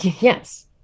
Yes